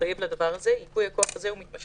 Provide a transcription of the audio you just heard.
מתחייב לדבר הזה, ייפוי הכוח הזה מתמשך.